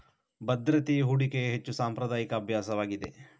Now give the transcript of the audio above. ಭದ್ರತೆಯು ಹೂಡಿಕೆಯ ಹೆಚ್ಚು ಸಾಂಪ್ರದಾಯಿಕ ಅಭ್ಯಾಸವಾಗಿದೆ